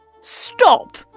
Stop